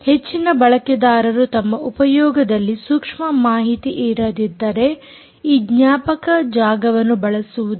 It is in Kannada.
ಹೆಚ್ಚಿನ ಬಳಕೆದಾರರು ತಮ್ಮ ಉಪಯೋಗದಲ್ಲಿ ಸೂಕ್ಷ್ಮ ಮಾಹಿತಿ ಇರದಿದ್ದರೆ ಈ ಜ್ಞಾಪಕ ಜಾಗವನ್ನು ಬಳಸುವುದಿಲ್ಲ